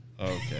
Okay